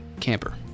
camper